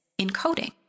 encoding